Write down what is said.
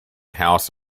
house